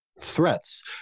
threats